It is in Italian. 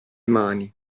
mani